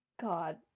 God